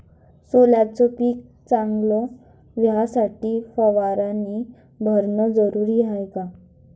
सोल्याचं पिक चांगलं व्हासाठी फवारणी भरनं जरुरी हाये का?